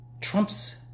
Trump's